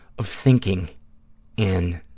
of thinking in